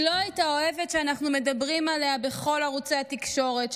היא לא הייתה אוהבת שאנחנו מדברים עליה בכל ערוצי התקשורת,